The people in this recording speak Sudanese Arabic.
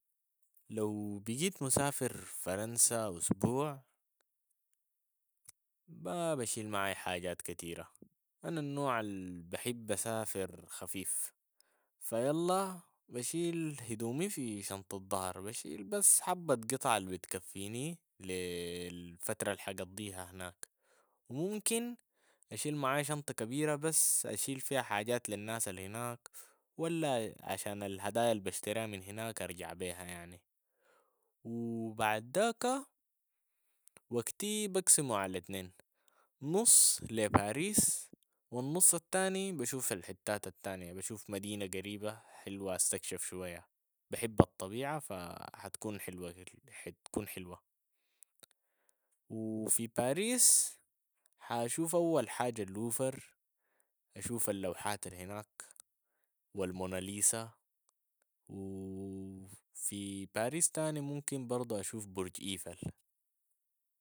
لو بقيت مسافر فرنسا أسبوع ما بشيل معاي حاجات كتيرة، أنا النوع البحب اسافر خفيف، فيلا بشيل هدومي في شنطة ظهر بشيل بس حبة قطعة البتكفيني لي- الفترة الحقضيها هناك و ممكن أشيل معاي شنطة كبيرة بس أشيل فيها حاجات للناس هناك ولا عشان الهدايا البشتريها من هناك أرجع بيها يعني، بعداك وقتي بقسمه على اتنين، نص لباريس و النص التاني بشوف الحتات التانية بشوف مدينة قريبة حلوة استكشف شوية، بحب الطبيعة فحتكون حلوة كل- حت- كون حلوة و في باريس حاشوف اول حاجة اللوفر، حشوف اللوحات الهناك و الموناليسا و في باريس ثاني ممكن برضو اشوف برج ايفل.